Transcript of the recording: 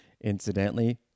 Incidentally